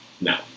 No